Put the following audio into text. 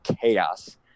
chaos